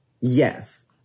yes